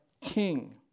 King